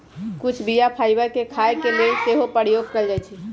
कुछ बीया फाइबर के खाय के लेल सेहो प्रयोग कयल जाइ छइ